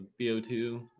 bo2